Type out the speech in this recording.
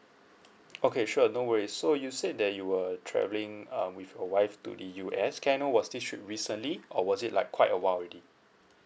okay sure no worries so you said that you were travelling um with your wife to the U_S can I know was this trip recently or was it like quite a while already